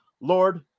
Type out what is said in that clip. Lord